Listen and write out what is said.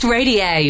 Radio